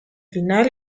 final